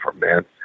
man